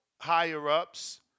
higher-ups